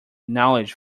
knowledge